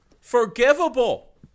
Forgivable